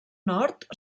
nord